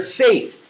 faith